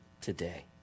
today